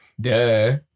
Duh